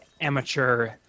amateur